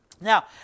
Now